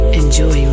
enjoy